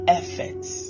efforts